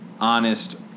honest